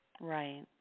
Right